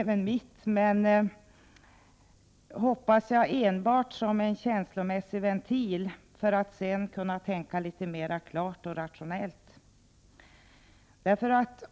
Men jag hoppas att det enbart är som en känslomässig ventil för att jag sedan skall kunna tänka litet mera klart och rationellt.